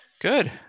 Good